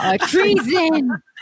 Treason